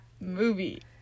movie